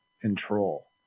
control